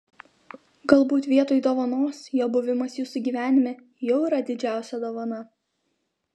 galbūt vietoj dovanos jo buvimas jūsų gyvenime jau yra didžiausia dovana